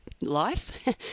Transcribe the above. life